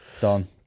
Done